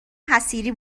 حصیری